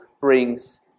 brings